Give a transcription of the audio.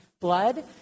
blood